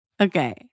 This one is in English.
Okay